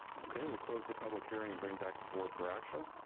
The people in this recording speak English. okay, we'll close the public hearing and bring back the board for action.